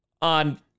on